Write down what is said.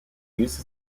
used